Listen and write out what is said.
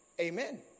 Amen